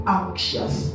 anxious